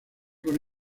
con